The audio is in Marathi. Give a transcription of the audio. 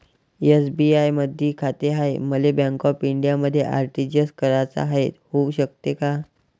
एस.बी.आय मधी खाते हाय, मले बँक ऑफ इंडियामध्ये आर.टी.जी.एस कराच हाय, होऊ शकते का?